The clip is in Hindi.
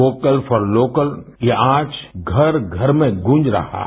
वोकल फॉर लोकल ये आज घर घर में गूँज रहा है